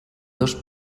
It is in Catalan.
dos